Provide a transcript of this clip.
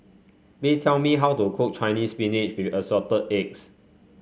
please tell me how to cook Chinese Spinach with Assorted Eggs